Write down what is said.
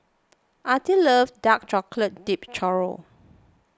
Artie loves Dark Chocolate Dipped Churro